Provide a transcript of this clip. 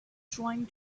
trying